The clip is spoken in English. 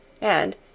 and